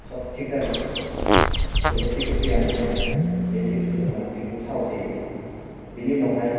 सब थिक जागोन जेबो खैफोद फैया होननानै आङो बे जिबौ सौजाग्रा मानसिखौ साहस होयो बेनि उनावहाय